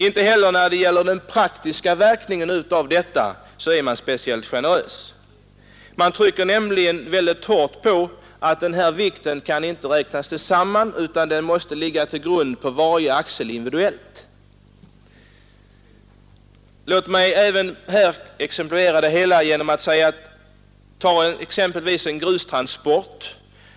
Inte heller när det gäller de praktiska verkningarna är man speciellt generös. Utskottet trycker nämligen mycket hårt på att man inte kan räkna samman vikten, utan den måste ligga till grund för varje axel för sig. Låt mig här exemplifiera med en grustransport.